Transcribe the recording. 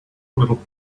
little